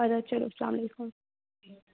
ادٕ حظ چلو السلام علیکم